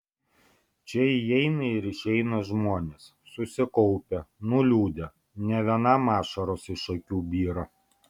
čia įeina ir išeina žmonės susikaupę nuliūdę ne vienam ašaros iš akių byra